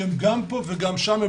שהם גם פה וגם שם.